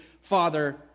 Father